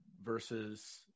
versus